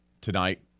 tonight